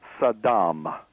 Saddam